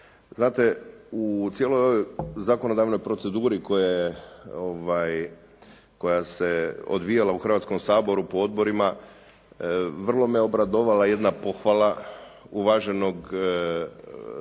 Znate u cijeloj ovoj zakonodavnoj proceduri koja se odvijala u Hrvatskom saboru po odborima, vrlo me obradovala jedna pohvala uvaženog profesora